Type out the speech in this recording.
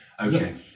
Okay